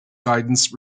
guidance